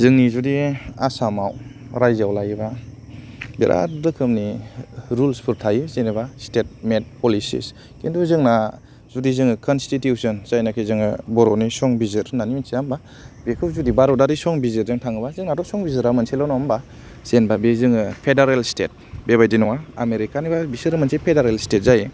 जोंनि जुदि आसाम आव राज्योआव लायोबा बिरात रोखोमनि रुलफोर थायो जेनेबा स्टेट मेद पलिसिज खिन्थु जोंना जेखौनाखि कन्स्टिटिउसन बर'नि संबिजित होन्नानै मोन्थिया होनबा बेफो जुदि भारतआरि संबिजितजों थाङोबा जोंनाथ' संबिजित आ मोनसेल' नङा होनबा जेनबा बे जोङो फेडारेल स्टेट बेबायदि नङा आमेरिका निबा बे मोनसे फेडारेल स्टेट जायो